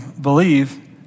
believe